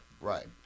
Right